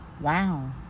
wow